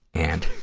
and,